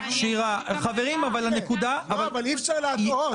חברים, הנקודה --- אבל אי-אפשר להטעות.